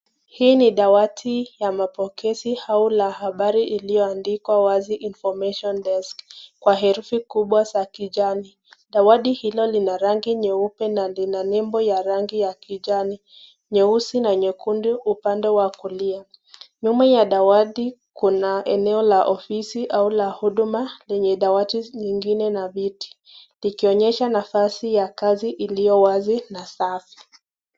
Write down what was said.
Hii ni dawati ya mapokezi au la habari iliyoandikwa wazi information desk kwa herufi kubwa za kijani. Dawati hilo lina rangi nyeupe na lina nembo ya rangi ya kijani, nyeusi na nyekundu upande wa kulia. Nyuma ya dawati kuna eneo la ofisi au la huduma lenye dawati nyingine na viti, ikionyesha nafasi ya kazi iliyo wazi na safi.